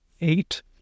eight